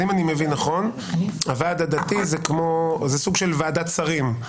אם אני מבין נכון הוועד הדתי זה סוג של ועדת שרים,